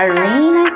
Irene